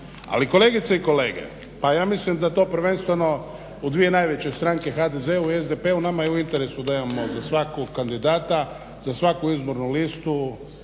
Ali kolegice i kolega, pa ja mislim da to prvenstveno u dvije najveće stranke HDZ-u i SDP-u, nama je u interesu da imamo ovdje svakog kandidata za svaku izbornu listu